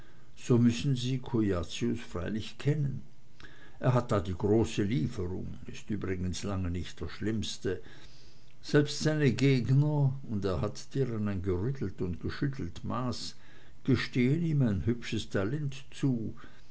so müssen sie cujacius freilich kennen er hat da die große lieferung ist übrigens lange nicht der schlimmste selbst seine gegner und er hat deren ein gerüttelt und geschüttelt maß gestehen ihm ein hübsches talent zu